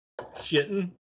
Shitting